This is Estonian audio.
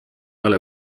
ole